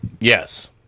Yes